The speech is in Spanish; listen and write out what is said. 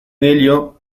ello